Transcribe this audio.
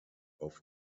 auf